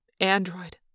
Android